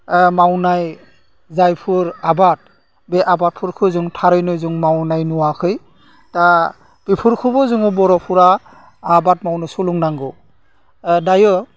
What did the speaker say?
मावनाय जायफोर आबाद बे आबादफोरखौ जों थारैनो जों मावनाय नुवाखै दा बेफोरखौबो जोङो बर'फ्रा आबाद मावनो सोलोंनांगौ दायो